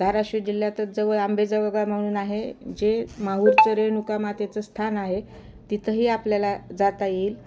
धाराशिव जिल्ह्यात जवळ आंबेजोगाई म्हणून आहे जे माहूरच रेणुकामातेचं स्थान आहे तिथंही आपल्याला जाता येईल